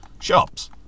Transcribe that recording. shops